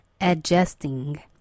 adjusting